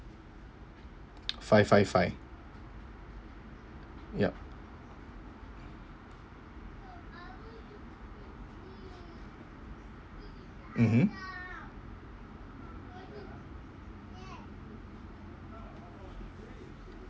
five five five yup mmhmm